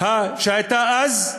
שהייתה אז,